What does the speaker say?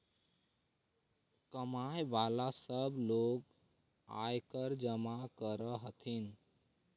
कमाय वला सब लोग आयकर जमा कर हथिन